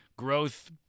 Growth